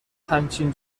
همچین